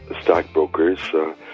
stockbrokers